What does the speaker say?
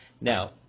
Now